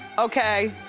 okay,